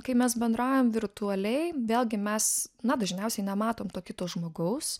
kai mes bendraujam virtualiai vėlgi mes na dažniausiai nematom to kito žmogaus